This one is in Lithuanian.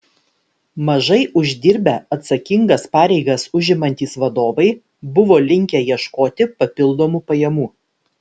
mažai uždirbę atsakingas pareigas užimantys vadovai buvo linkę ieškoti papildomų pajamų